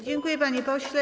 Dziękuję, panie pośle.